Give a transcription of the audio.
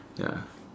ya